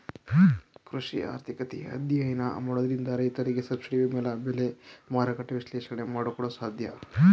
ಕೃಷಿ ಆರ್ಥಿಕತೆಯ ಅಧ್ಯಯನ ಮಾಡೋದ್ರಿಂದ ರೈತರಿಗೆ ಸಬ್ಸಿಡಿ ಬೆಂಬಲ ಬೆಲೆ, ಮಾರುಕಟ್ಟೆ ವಿಶ್ಲೇಷಣೆ ಮಾಡೋಕೆ ಸಾಧ್ಯ